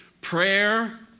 prayer